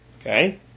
okay